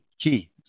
key